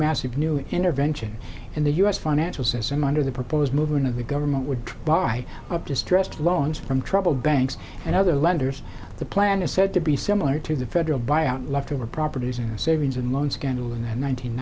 massive new intervention in the u s financial system under the proposed movement of the government would buy up distressed loans from troubled banks and other lenders the plan is said to be similar to the federal buyout leftover properties or savings and loan scandal in that one nine